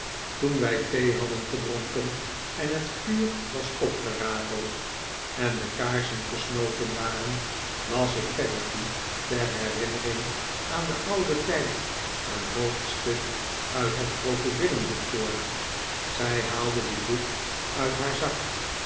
toen wij thee hadden gedronken en het vuur was opgerakeld en de kaarsen gesnoten waren las ik peggotty ter herinnering aan den ouden tijd een hoofdstuk uit het krokodillenboek voor zij haalde dit boek uit haar zak